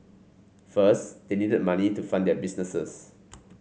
first they needed money to fund their business